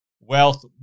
Wealth